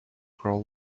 grow